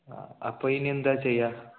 ആ അപ്പോൾ ഇനി എന്താണ് ചെയ്യുക